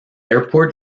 airport